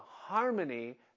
harmony